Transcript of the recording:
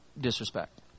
disrespect